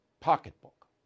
pocketbook